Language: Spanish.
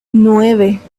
nueve